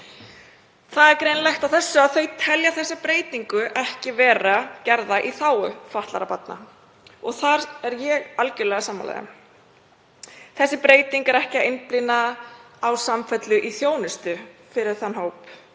Það er greinilegt af þessu að samtökin telja þessa breytingu ekki vera gerða í þágu fatlaðra barna og þar er ég þeim algjörlega sammála. Þessi breyting horfir ekki á samfellu í þjónustu fyrir þann hóp